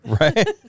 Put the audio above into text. Right